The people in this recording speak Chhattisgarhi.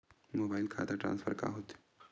मोबाइल खाता ट्रान्सफर का होथे?